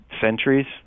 centuries